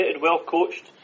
well-coached